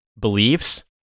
beliefs